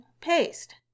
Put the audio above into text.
paste